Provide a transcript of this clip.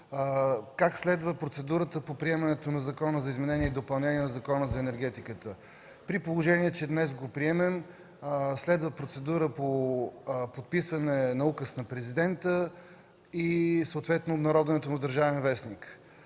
как следва процедурата по приемането на Законопроекта за изменение и допълнение на Закона за енергетиката. При положение че днес го приемем, следва процедура по подписване на Указ на Президента и съответно обнародването му в „Държавен вестник”.